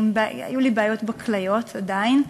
היו לי בעיות בכליות, עדיין,